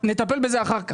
נטפל בזה אחר כך.